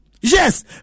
Yes